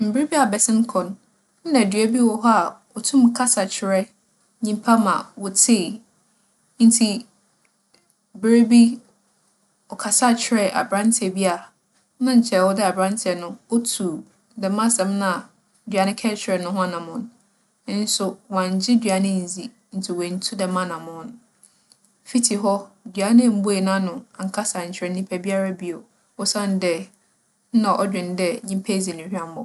Mber bi abɛsen kͻ no, nna dua bi wͻ hͻ a otum kasa kyerɛ nyimpa ma wotsie. Ntsi ber bi, ͻkasaa kyerɛɛ aberantsɛ bi a na nkyɛ ͻwͻ dɛ aberantsɛ no otu dɛm asɛm no a dua no kaa kyerɛɛ no ho anamͻn, nso ͻanngye dua no enndzi ntsi oenntu dɛm anamͻn no. Fitsi hͻ, dua no emmbue n'ano annkasa annkyerɛ nyimpa biara bio, osiandɛ, nna ͻdwen dɛ nyimpa edzi no huambͻ.